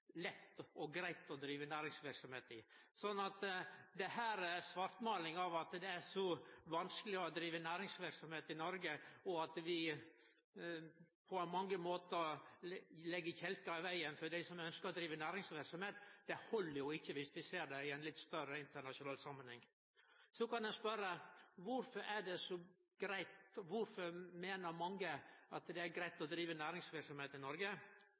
lett og greitt å drive næringsverksemd i. Dette viser at svartmålinga om kor vanskeleg det er å drive næringsverksemd i Noreg, og om at vi på mange måtar legg kjelkar i vegen for dei som ønsker å drive næringsverksemd, ikkje held viss vi ser det i ein litt større internasjonal samanheng. Så kan ein spørje: Kvifor meiner mange at det er greitt å drive næringsverksemd i Noreg?